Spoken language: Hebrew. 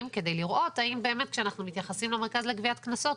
כדי לראות אם כשאנחנו מתייחסים למרכז לגביית קנסות,